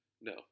No